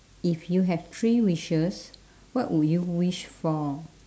if you have three wishes what would you wish for